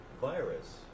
virus